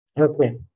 okay